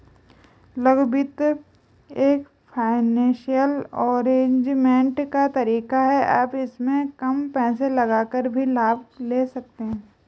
लघु वित्त एक फाइनेंसियल अरेजमेंट का तरीका है आप इसमें कम पैसे लगाकर भी लाभ ले सकते हैं